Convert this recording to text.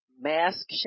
mask